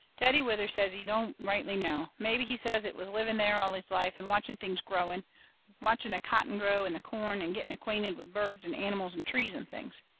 daddy withers says he don't rightly know. mebby, he says, it was living there all his life and watching things growing watching the cotton grow, and the corn and getting acquainted with birds and animals and trees and things.